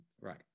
right